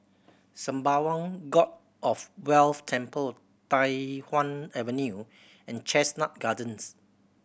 Sembawang God of Wealth Temple Tai Hwan Avenue and Chestnut Gardens